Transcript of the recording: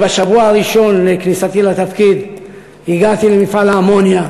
אני בשבוע הראשון לכניסתי לתפקיד הגעתי למפעל האמוניה